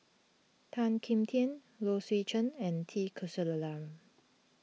Tan Kim Tian Low Swee Chen and T Kulasekaram